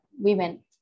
women